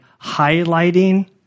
highlighting